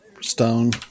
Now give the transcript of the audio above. stone